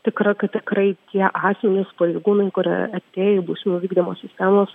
tikra kad tikrai tie asmenys pareigūnai kurie atėjo į bausmių vykdymo sistemos